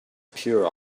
pure